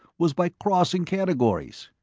was by crossing categories.